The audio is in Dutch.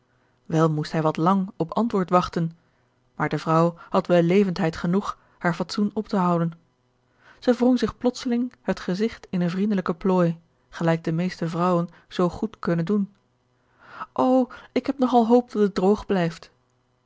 wel moest hij wat lang op antwoord wachten maar de vrouw had wellevendheid genoeg haar fatsoen op te houden zij wrong zich plotseling het gezigt in een vriendelijken plooi gelijk de meeste vrouwen zoo goed kunnen doen o ik heb nog al hoop dat het droog blijft